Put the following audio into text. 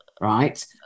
right